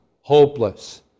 hopeless